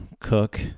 Cook